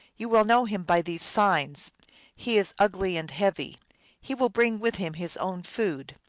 you will know him by these signs he is ugly and heavy he will bring with him his own food.